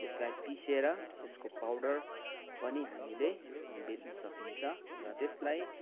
त्यसलाई पिसेर त्यसको पाउडर पनि हामीले बेच्न सकिन्छ र त्यसलाई